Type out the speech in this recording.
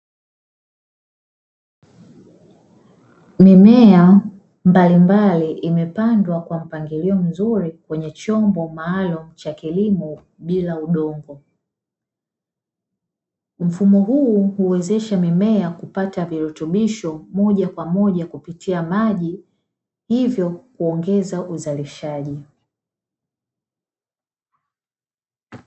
Mimea mbalimbali imepandwa kwa mpangilio mzuri kwenye chombo maalumu cha kilimo bila udongo. Mfumo huu huezesha mimea kupata virutubisho moja kwa moja kupitia maji hivyo kuongeza uzalishaji.